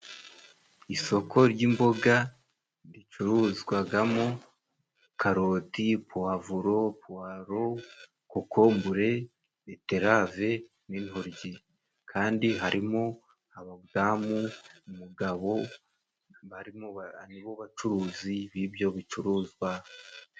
Isoko ry'imboga ricuruzwagamo karoti, puwavuro, puwalo, kokumbure, beterave n'intoryi kandi harimo abadamu, mugabo aribo bacuruzi b'ibyo bicuruzwa.